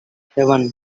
heaven